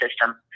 system